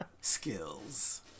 skills